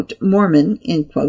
Mormon